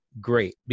great